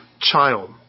child